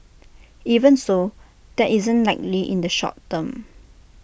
even so that isn't likely in the short term